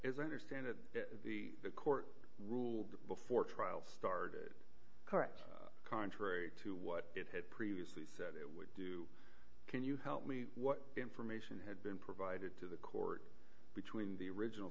is understand at the court ruled before trial started correct contrary to what it had previously said it would do can you help me what information had been provided to the court between the original